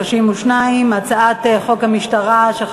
הצעת חוק המשטרה (תיקון,